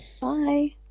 Bye